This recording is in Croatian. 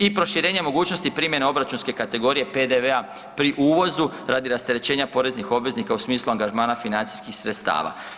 I proširenje mogućnosti primjene obračunske kategorije PDV-a pri uvozu radi rasterećenja poreznih obveznika u smislu angažmana financijskih sredstava.